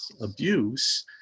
abuse